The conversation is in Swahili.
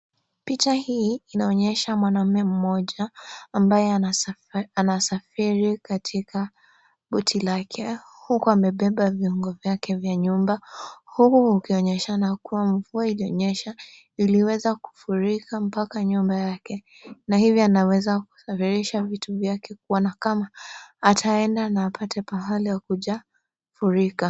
Picha hii inaonyesha mwanamume mmoja ambaye anasafiri katika boti lake huku amebeba vyombo vyake vya nyumba huku ukionyeshana kuwa mvua ilionyesha iliweza kufurika mpaka nyumba yake. Na hivyo anaweza kusafirisha vitu vyake kuona kama ataenda na apate pahali hakuja furika.